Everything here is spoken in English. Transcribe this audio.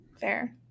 fair